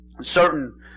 Certain